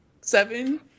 Seven